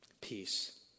Peace